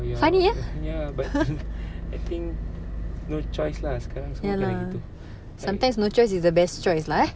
your ya but I think no choice lah sekarang semua kena gitu